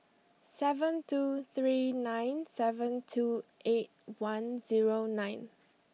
seven two three nine seven two eight one zero nine